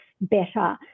better